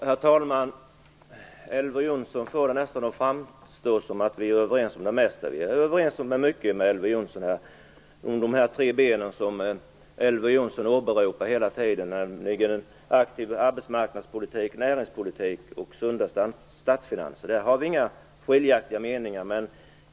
Herr talman! Elver Jonsson får det nästan att framstå som att vi är överens om det mesta. Vi är överens om mycket. Det gäller t.ex. de tre ben som Elver Jonsson åberopar hela tiden, nämligen en aktiv arbetsmarknadspolitik, näringspolitik och sunda statsfinanser. Där har vi inga skiljaktiga meningar.